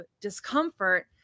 discomfort